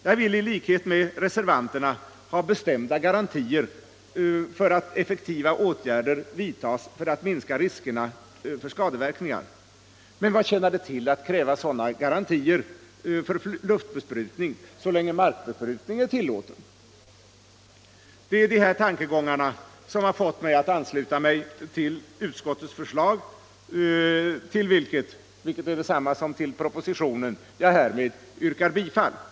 Jag vill i likhet med reservanterna ha bestämda garantier för att ef Nr 95 fektiva åtgärder vidtas för att minska fiskerna för skadeverkningar Men Torsdagen den vad tjänar det till att kräva sådana garantier för luftbesprutning, så länge 29 maj 1975 markbesprutning är tillåten? Det är dessa tankegångar som fått mig att ansluta mig till utskottets förslag, som är detsamma som propositionens, Förbud mot och som jag härmed yrkar bifall till.